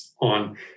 on